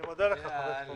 אני מודה לך, חבר הכנסת פורר.